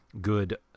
good